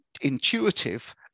intuitive